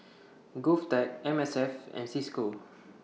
Govtech M S F and CISCO